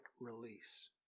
release